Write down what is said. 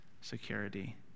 security